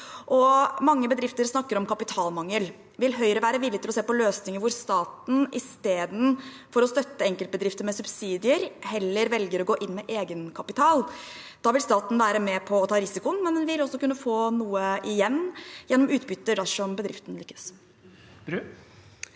Mange bedrifter snakker om kapitalmangel. Vil Høyre være villig til å se på løsninger hvor staten istedenfor å støtte enkeltbedrifter med subsidier, heller velger å gå inn med egenkapital? Da vil staten være med på å ta risikoen, men vil også kunne få noe igjen gjennom utbytte dersom bedriften lykkes.